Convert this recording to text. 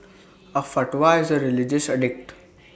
A fatwa is A religious edict